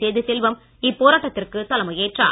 சேதுசெல்வம் இப்போராட்டத்திற்கு தலைமையேற்றார்